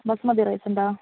basmati rice ഉണ്ടോ